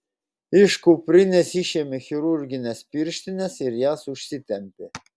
iš kuprinės išėmė chirurgines pirštines ir jas užsitempė